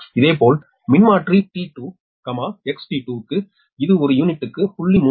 இதேபோல் மின்மாற்றி T2 XT2 க்கு இது ஒரு யூனிட்டுக்கு 0